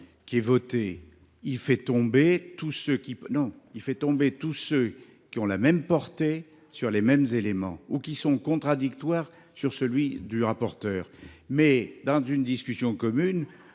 est voté, il fait tomber tous ceux qui ont la même portée sur les mêmes éléments ou qui sont contradictoires avec lui. Cela étant, une discussion commune